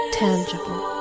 tangible